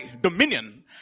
dominion